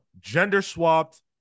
gender-swapped